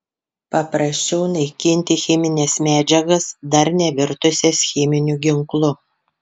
paprasčiau naikinti chemines medžiagas dar nevirtusias cheminiu ginklu